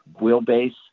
wheelbase